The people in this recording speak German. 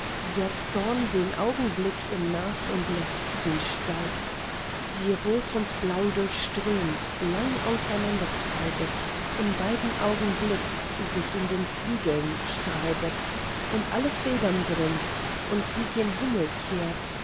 der zorn den augenblick in nas und lefzen steigt sie rot und blau durchströmt lang auseinandertreibet in beiden augen blitzt sich in den flügeln streibet in alle federn dringt und sie gen himmel kehrt